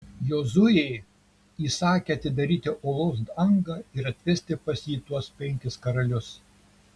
jozuė įsakė atidaryti olos angą ir atvesti pas jį tuos penkis karalius